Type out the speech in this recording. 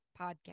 Podcast